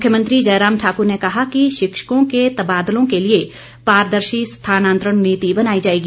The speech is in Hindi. मुख्यमंत्री जयराम ठाकुर ने कहा कि शिक्षकों क तबादलों के लिए पारदर्शी स्थानांतरण नीति बनाई जाएगी